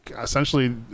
essentially